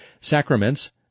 Sacraments